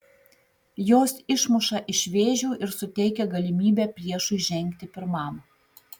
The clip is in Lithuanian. jos išmuša iš vėžių ir suteikia galimybę priešui žengti pirmam